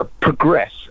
progress